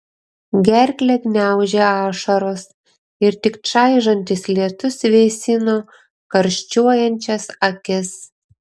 gerklę gniaužė ašaros ir tik čaižantis lietus vėsino karščiuojančias akis